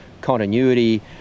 continuity